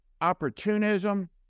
opportunism